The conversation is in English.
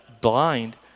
blind